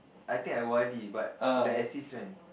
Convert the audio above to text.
I think I o_r_d but the assist when